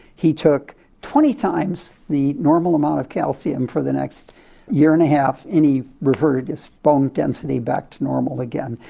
he took twenty times the normal amount of calcium for the next year and a half and he reverted his bone density back to normal again.